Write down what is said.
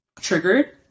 triggered